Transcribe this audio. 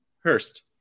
Hurst